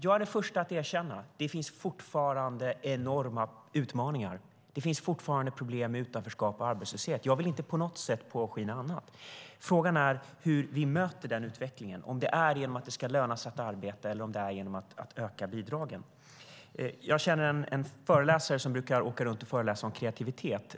Jag är den förste att erkänna att det fortfarande finns enorma utmaningar. Det finns fortfarande problem med utanförskap och arbetslöshet. Jag vill inte på något sätt påskina någonting annat. Frågan är hur vi möter denna utveckling, om det är genom att det ska löna sig att arbeta eller om det är genom att öka bidragen. Jag känner en föreläsare som brukar åka runt i världen och föreläsa om kreativitet.